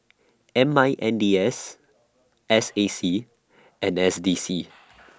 M I N D S S A C and S D C